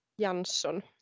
Jansson